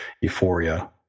euphoria